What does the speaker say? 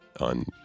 on